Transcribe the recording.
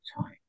time